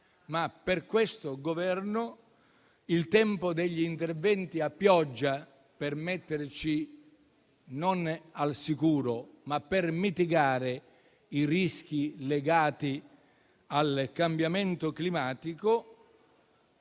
Per questo Governo, però, il tempo degli interventi a pioggia per metterci non al sicuro, ma per mitigare i rischi legati al cambiamento climatico,